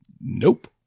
Nope